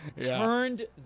turned